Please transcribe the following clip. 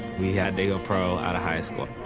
we had to go pro out of high school.